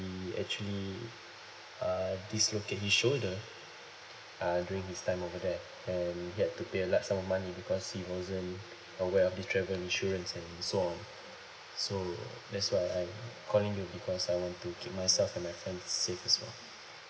actually uh dislocate his shoulder uh during his time over there and he had to pay a large sum of money because he wasn't aware of the travel insurance and so on so that's why I'm calling you because I want to keep myself and my friends safe as well